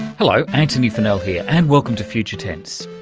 hello, antony funnell here and welcome to future tense.